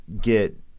get